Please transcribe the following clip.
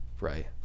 right